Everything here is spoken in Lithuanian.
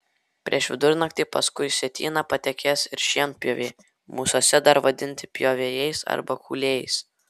prieš vidurnaktį paskui sietyną patekės ir šienpjoviai mūsuose dar vadinti pjovėjais arba kūlėjais